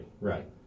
Right